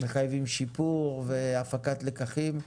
מחייבים שיפור והפקת לקחים.